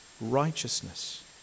righteousness